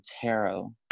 tarot